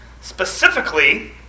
Specifically